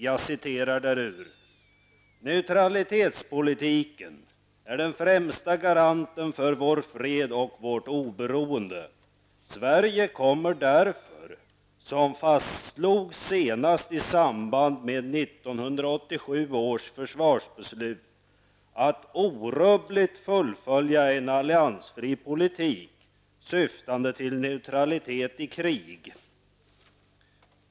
Jag citerar därur: ''Neutralitetspolitiken är den främsta garanten för vår fred och vårt oberoende. Sverige kommer därför, som fastslogs senast i samband med 1987 års försvarsbeslut, att orubbligt fullfölja en alliansfri politik syftande till neutralitet i krig.''